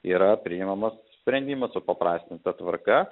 yra priimamas sprendimas supaprastinta tvarka